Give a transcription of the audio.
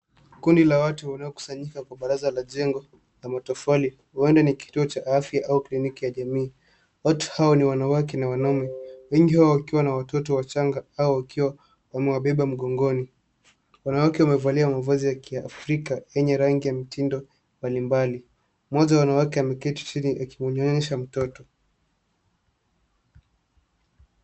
Kundi la watu waliokusanyika kwa baraza la jengo na matofali huenda ni kituo cha afya au kliniki ya jamii. Watu hao ni wanawake na wamama; wengi wao wakiwa na watoto wachanga au wakiwa wamewabeba mgongoni. Wanawake wamevalia mavazi ya kiafrika yenye rangi ya mitindo mbalimbali. Mmoja wa wanawake ameketi chini akimnyonyesha mtoto.